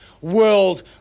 World